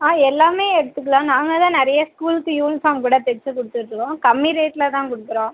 ஆ எல்லாம் எடுத்துக்கலாம் நாங்கள் தான் நிறையா ஸ்கூலுக்கு யூனிஃபார்ம் கூட தைச்சி கொடுத்துட்டுருக்கோம் கம்மி ரேட்டில் தான் கொடுக்குறோம்